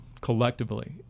collectively